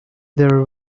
there